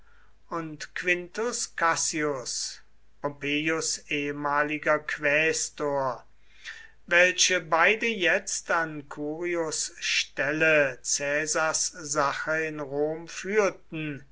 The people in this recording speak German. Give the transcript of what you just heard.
und quintus cassius pompeius ehemaliger quästor welche beide jetzt an curios stelle caesars sache in rom führten